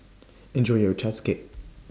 Enjoy your Ochazuke